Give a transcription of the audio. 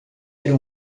era